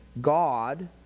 God